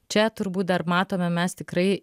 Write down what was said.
čia turbūt dar matome mes tikrai